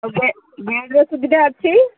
bed ବେଡ଼୍ର ସୁବିଧା ଅଛି